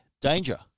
danger